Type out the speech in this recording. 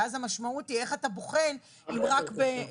ואז המשמעות היא איך אתה בוחן אם רק במרץ?